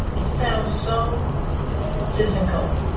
it sounds so citizen cope